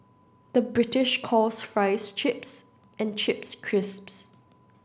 the British calls fries chips and chips crisps